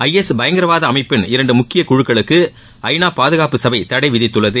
ஐ S பயங்கரவாத அமைப்பின் இரண்டு முக்கிய குழுக்களுக்கு ஐ நா பாதுகாப்பு சபை தடை விதித்துள்ளது